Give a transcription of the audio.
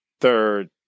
third